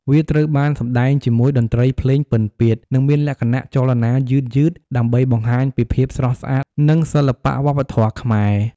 វាត្រូវបានសម្តែងជាមួយតន្ត្រីភ្លេងពិណពាទ្យ និងមានលក្ខណៈចលនាយឺតៗ ដើម្បីបង្ហាញពីភាពស្រស់ស្អាត និងសិល្បៈវប្បធម៌ខ្មែរ។